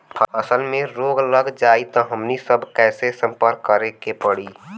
फसल में रोग लग जाई त हमनी सब कैसे संपर्क करें के पड़ी?